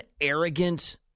arrogant